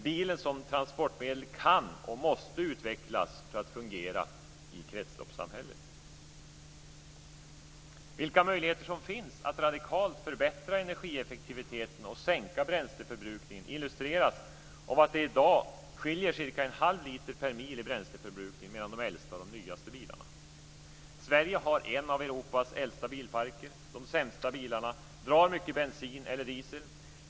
Bilen som transportmedel kan och måste utvecklas för att fungera i kretsloppssamhället. Vilka möjligheter som finns att radikalt förbättra energieffektiviten och sänka bränsleförbrukningen illustreras av att det i dag skiljer cirka en halv liter per bil i bränsleförbrukning mellan de äldsta och de nyaste bilarna. Sverige har en av Europas äldsta bilparker. De sämsta bilarna drar mycket bensin eller diesel.